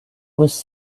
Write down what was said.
was